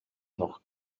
noch